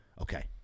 Okay